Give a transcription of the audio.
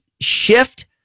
shift